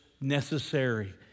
necessary